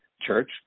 church